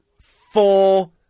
Four